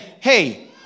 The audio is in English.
hey